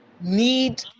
need